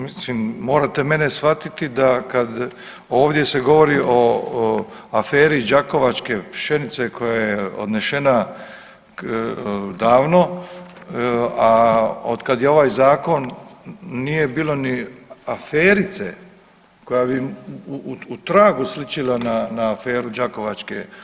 Mislim morate mene shvatiti da kad ovdje se govori o aferi đakovačke pšenice koja je odnešena davno, a od kad je ovaj zakon nije bilo ni aferice koja bi u tragu sličila na aferu đakovačke.